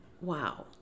wow